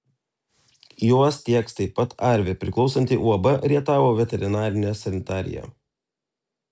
juos tieks taip pat arvi priklausanti uab rietavo veterinarinė sanitarija